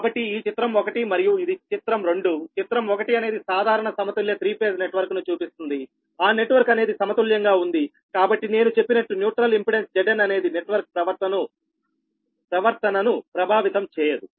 కాబట్టి ఈ చిత్రం 1 మరియు ఇది చిత్రం 2 చిత్రం 1 అనేది సాధారణ సమతుల్య త్రీ ఫేజ్ నెట్వర్క్ను చూపిస్తుందిఆ నెట్వర్క్ అనేది సమతుల్యంగా ఉంది కాబట్టి నేను చెప్పినట్టు న్యూట్రల్ ఇంపెడెన్స్ Zn అనేది నెట్వర్క్ ప్రవర్తనను ప్రభావితం చేయదు